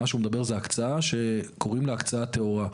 מה שהוא מדבר זה הקצאה שקוראים לה הקצאה טהורה.